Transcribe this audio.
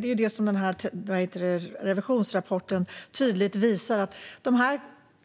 Det är det som revisionsrapporten tydligt visar.